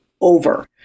over